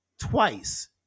twice